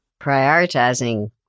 Prioritizing